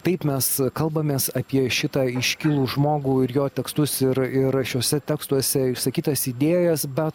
taip mes kalbamės apie šitą iškilų žmogų ir jo tekstus ir ir šiuose tekstuose išsakytas idėjas bet